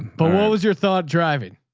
but what was your thought driving?